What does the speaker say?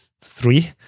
three